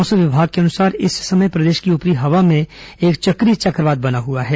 मौसम विभाग के अनुसार इस समय प्रदेश की ऊपरी हवा में एक चक्रीय चक्रवात बना हुआ है